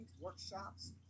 workshops